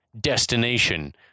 destination